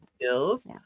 skills